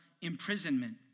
imprisonment